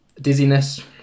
dizziness